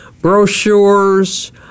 brochures